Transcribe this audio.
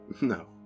No